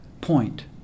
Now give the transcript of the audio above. point